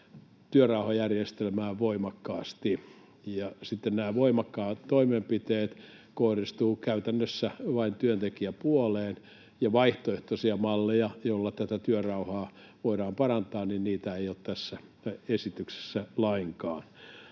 työrauhajärjestelmään voimakkaasti. Nämä voimakkaat toimenpiteet kohdistuvat käytännössä vain työntekijäpuoleen, ja vaihtoehtoisia malleja, joilla työrauhaa voidaan parantaa, ei ole tässä esityksessä lainkaan.